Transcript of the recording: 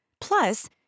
Plus